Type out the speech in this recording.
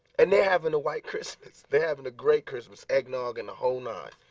and they having a white christmas, they having a great christmas, eggnog and the whole nine.